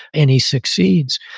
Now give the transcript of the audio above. and he succeeds.